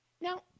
Now